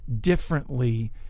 differently